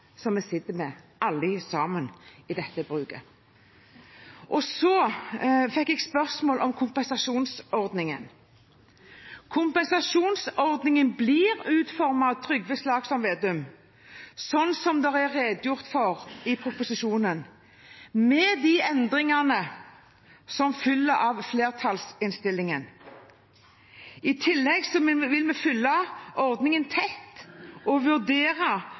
vi alle sitter med på dette bruket. Jeg fikk spørsmål om kompensasjonsordningen. Til Trygve Slagsvold Vedum: Kompensasjonsordningen blir utformet som det er redegjort for i proposisjonen, med de endringene som følger av flertallsinnstillingen. I tillegg vil vi følge ordningen tett og vurdere